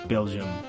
Belgium